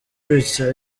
bitya